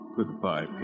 Goodbye